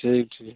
ठीक ठीक